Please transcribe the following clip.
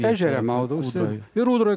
ežere maudausi ir ūdroj